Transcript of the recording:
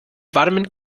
warmen